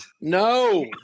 No